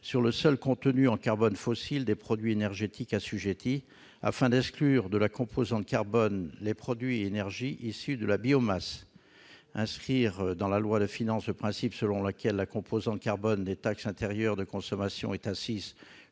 sur le seul contenu en carbone fossile des produits énergétiques assujettis, afin d'exclure de la composante carbone les produits et énergies issus de la biomasse. Inscrire dans la loi de finances le principe selon lequel la composante carbone des taxes intérieures de consommation est assise